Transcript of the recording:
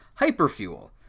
hyperfuel